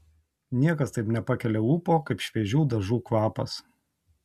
niekas taip nepakelia ūpo kaip šviežių dažų kvapas